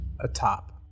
atop